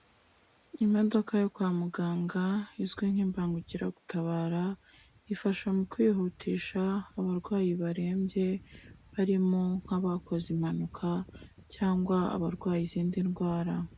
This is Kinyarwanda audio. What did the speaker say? Imodoka yo kwa muganga, izwi nk'imbangukiragutabara ifasha mu kwihutisha abarwayi barembye, barimo nk'abakoze impanuka cyangwa abarwaye izindi ndwara.